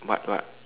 what what